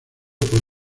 por